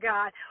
God